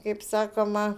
kaip sakoma